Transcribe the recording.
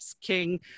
King